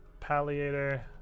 Palliator